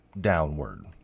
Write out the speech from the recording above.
downward